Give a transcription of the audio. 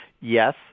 Yes